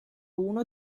uno